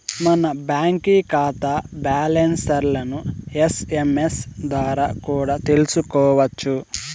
మన బాంకీ కాతా బ్యాలన్స్లను ఎస్.ఎమ్.ఎస్ ద్వారా కూడా తెల్సుకోవచ్చు